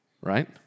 right